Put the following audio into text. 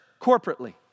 corporately